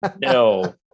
no